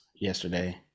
yesterday